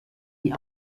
die